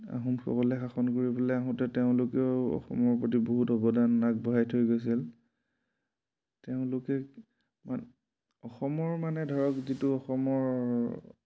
আহোমসকলে শাসন কৰিবলে আহোঁতে তেওঁলোকেও অসমৰ প্ৰতি বহুত অৱদান আগবঢ়াই থৈ গৈছিল তেওঁলোকে মান অসমৰ মানে ধৰক যিটো অসমৰ